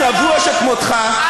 צבוע שכמותך,